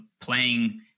playing